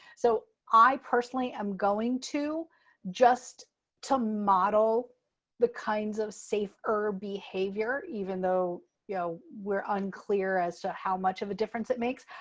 so i personally am going to just model the kinds of safer behavior, even though yeah we're unclear as to how much of a difference it makes.